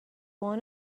want